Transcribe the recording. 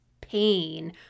pain